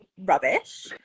rubbish